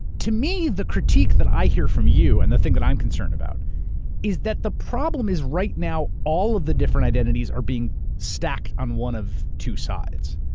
to me the critique that i hear from you and the thing that i'm concerned about is that the problem is right now all of the different identities are being stacked on one of two sides.